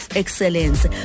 excellence